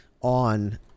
on